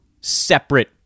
separate